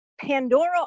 Pandora